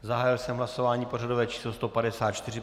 Zahájil jsem hlasování pořadové číslo 154.